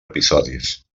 episodis